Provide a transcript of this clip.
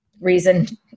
reason